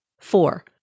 Four